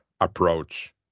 approach